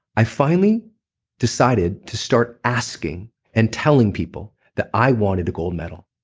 i finally decided to start asking and telling people that i wanted a gold medal.